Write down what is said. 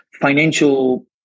financial